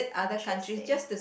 interesting